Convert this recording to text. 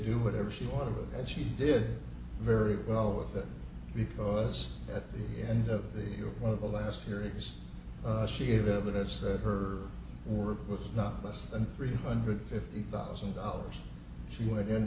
do whatever she wanted and she did very well with that because at the end of the one of the last hearings she gave evidence that her work was not less than three hundred fifty thousand dollars she went in